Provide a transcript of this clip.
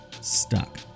Stuck